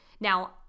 Now